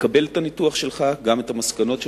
מקבל את הניתוח שלך, גם את המסקנות שלך,